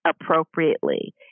appropriately